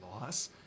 loss